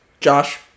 Josh